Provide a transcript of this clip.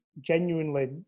genuinely